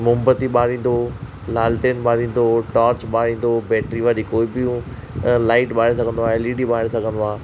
मोमबत्ती ॿारींदो लालटेन ॿारींदो टॉर्च ॿारींदो बैटरी वारी कोई बि हो लाइट ॿारे सघंदो आहे एलईडी ॿारे सघंदो आहे